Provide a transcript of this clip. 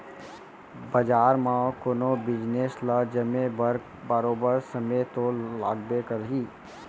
बजार म कोनो बिजनेस ल जमे बर बरोबर समे तो लागबे करही